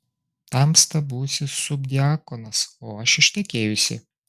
tamsta būsi subdiakonas o aš ištekėjusi